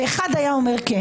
ואחד היה אומר כן